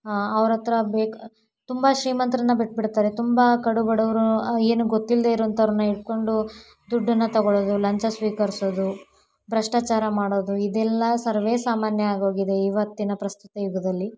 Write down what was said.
ಅವರ ಹತ್ರ ಬೇಕು ತುಂಬ ಶ್ರೀಮಂತರನ್ನ ಬಿಟ್ಟುಬಿಡ್ತಾರೆ ತುಂಬ ಕಡು ಬಡವರು ಏನು ಗೊತ್ತಿಲ್ಲದೇ ಇರೋವಂಥವರನ್ನ ಇಟ್ಟುಕೊಂಡು ದುಡ್ಡನ್ನು ತೊಗೊಳೋದು ಲಂಚ ಸ್ವೀಕರಿಸೋದು ಭ್ರಷ್ಟಾಚಾರ ಮಾಡೋದು ಇದೆಲ್ಲ ಸರ್ವೇ ಸಾಮಾನ್ಯ ಆಗೋಗಿದೆ ಇವತ್ತಿನ ಪ್ರಸ್ತುತ ಯುಗದಲ್ಲಿ